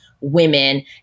women